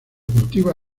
cultiva